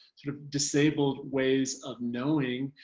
sort of disabled ways of knowing,